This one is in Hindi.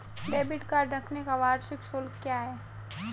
डेबिट कार्ड रखने का वार्षिक शुल्क क्या है?